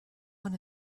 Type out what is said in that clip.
one